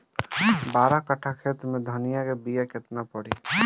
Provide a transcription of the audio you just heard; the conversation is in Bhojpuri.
बारह कट्ठाखेत में धनिया के बीया केतना परी?